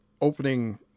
opening